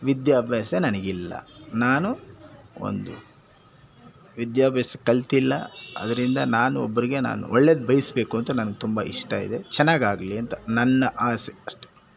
ವಿದ್ಯಾಭ್ಯಾಸ ನನಗಿಲ್ಲ ನಾನು ಒಂದು ವಿದ್ಯಾಭ್ಯಾಸ ಕಲಿತಿಲ್ಲ ಅದರಿಂದ ನಾನು ಒಬ್ಬರಿಗೆ ನಾನು ಒಳ್ಳೇದು ಬಯಸಬೇಕು ಅಂತ ನನಗೆ ತುಂಬ ಇಷ್ಟ ಇದೆ ಚೆನ್ನಾಗಾಗ್ಲಿ ಅಂತ ನನ್ನ ಆಸೆ ಅಷ್ಟೆ